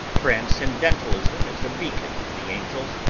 transcendentalism is a beacon to the angels,